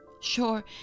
Sure